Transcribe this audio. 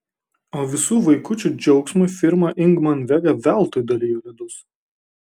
o visų vaikučių džiaugsmui firma ingman vega veltui dalijo ledus